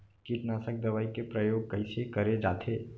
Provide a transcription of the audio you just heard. कीटनाशक दवई के प्रयोग कइसे करे जाथे?